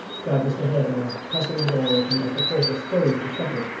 cried mr haredale, pressing the door open as the porter strove to shut it,